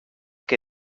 que